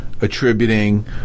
attributing